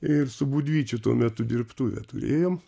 ir su budvyčiu tuo metu dirbtuvę turėjom